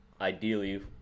ideally